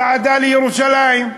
צעדה לירושלים.